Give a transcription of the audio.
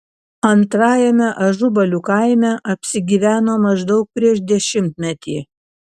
antrajame ažubalių kaime apsigyveno maždaug prieš dešimtmetį